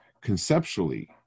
conceptually